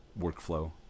workflow